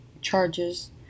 charges